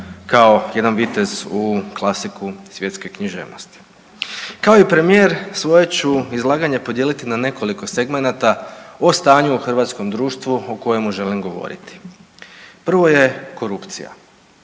kao jedan vitez u klasiku svjetske književnosti. Kao i premijer svoje ću izlaganje podijeliti na nekoliko segmenata o stanju u hrvatskom društvu o kojem želim govoriti. Prvo je korupcija.